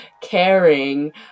caring